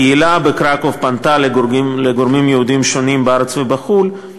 הקהילה בקרקוב פנתה לגורמים יהודיים שונים בארץ ובחו"ל,